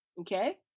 Okay